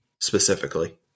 specifically